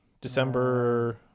December